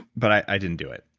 but i didn't do it,